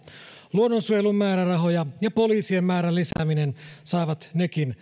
luonnonsuojelun määrärahojen ja poliisien määrän lisääminen saavat nekin